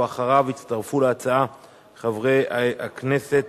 ואחריו יצטרפו להצעה חברי הכנסת